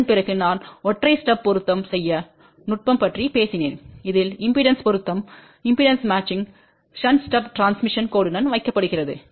அதன் பிறகு நான் ஒற்றை ஸ்டப் பொருத்தம் செய்ய நுட்பம் பற்றி பேசினேன் இதில் இம்பெடன்ஸ் பொருத்தம் ஷன்ட் ஸ்டப் டிரான்ஸ்மிஷன் கோடுடன் வைக்கப்படுகிறது